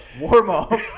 warm-up